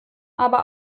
aber